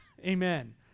Amen